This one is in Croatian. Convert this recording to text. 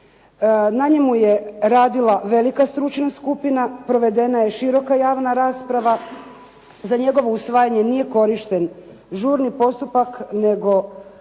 Na njemu je radila velika stručna skupina. Provedena je široka javna rasprava. Za njegovo usvajanje nije korišten žurni postupak